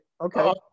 Okay